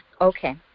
Okay